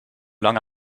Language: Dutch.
lang